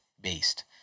based